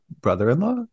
brother-in-law